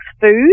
food